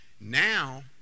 now